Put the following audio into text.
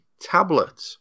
tablet